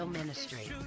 ministry